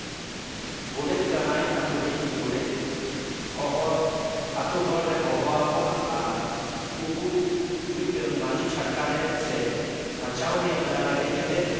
ᱜᱚᱰᱮᱛ ᱠᱟᱱᱟᱭ ᱟᱛᱳ ᱨᱤᱱᱤᱡ ᱩᱱᱤ ᱜᱳᱰᱮᱛ ᱦᱚᱦᱚ ᱟᱛᱳ ᱦᱚᱲ ᱦᱚᱦᱚᱣᱟᱠᱚᱣᱟ ᱟᱨ ᱩᱱᱠᱩ ᱢᱤᱫᱴᱟᱝ ᱢᱟᱺᱡᱷᱤ ᱪᱷᱟᱴᱠᱟ ᱨᱮ ᱥᱮ ᱪᱟᱶᱨᱤᱭᱟ ᱢᱮᱞᱟᱨᱮ ᱦᱮᱡ ᱠᱟᱛᱮᱫ